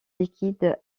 liquide